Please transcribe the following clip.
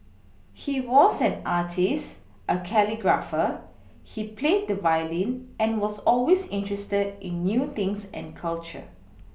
he was an artist a calligrapher he played the violin and was always interested in new things and culture